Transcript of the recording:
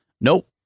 Nope